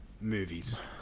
movies